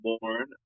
born